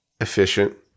efficient